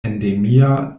endemia